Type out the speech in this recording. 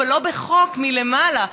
אבל לא בחוק מלמעלה,